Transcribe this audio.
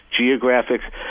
geographics